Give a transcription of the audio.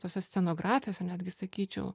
tose scenografijose netgi sakyčiau